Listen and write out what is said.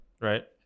right